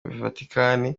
vatikani